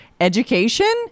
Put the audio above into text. education